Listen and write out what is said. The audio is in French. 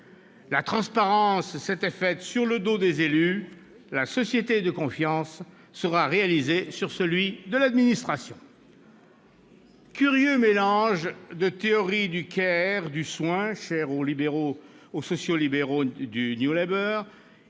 La transparence s'était faite sur le dos des élus ; la société de confiance sera réalisée sur celui de l'administration. Curieux mélange de théorie du, du soin, chère aux sociaux libéraux du et de